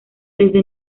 desde